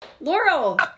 Laurel